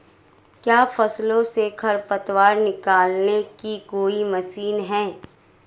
क्या फसलों से खरपतवार निकालने की कोई मशीन है?